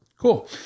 Cool